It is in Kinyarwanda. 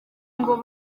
ngo